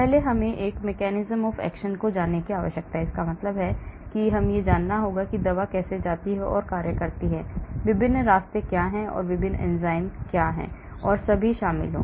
पहले मुझे mechanism of action को जानने की आवश्यकता है इसका मतलब है मुझे यह जानना होगा कि दवा कैसे जाती है और कार्य करती है विभिन्न रास्ते क्या हैं विभिन्न एंजाइम क्या हैं और सभी शामिल हैं